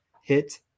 hit